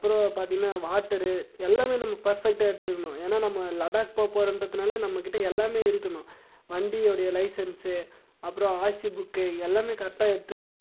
அப்புறம் பார்த்தீங்கன்னா வாட்டரு எல்லாமே நம்ம பர்ஃபெக்டாக எடுத்துக்கணும் ஏன்னால் நம்ம லடாக் போகப் போகிறன்றதுனால நம்மக்கிட்டே எல்லாமே இருக்கணும் வண்டியுடைய லைசன்ஸு அப்புறம் ஆர்சி புக்கு இது எல்லாமே கரெக்டாக எடுத்துக்கணும்